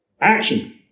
Action